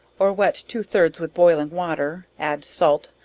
or wet two thirds with boiling water, add salt,